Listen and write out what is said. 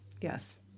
Yes